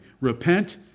Repent